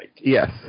Yes